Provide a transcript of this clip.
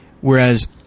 whereas